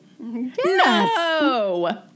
No